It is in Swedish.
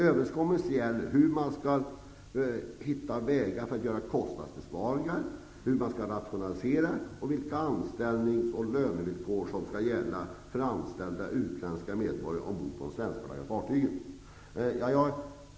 Överenskommelsen gäller hur man skall hitta vägar för att göra kostnadsbesparingar, rationalisera och vilka anställnings och lönevillkor som skall gälla för anställda utländska medborgare ombord på de svenskflaggade fartygen.